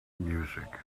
music